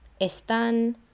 están